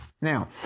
Now